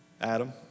Adam